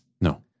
No